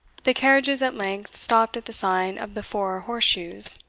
the carriages at length stopped at the sign of the four horse-shoes,